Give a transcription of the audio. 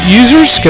users